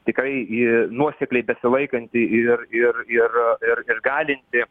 tikrai nuosekliai besilaikanti ir ir ir ir galinti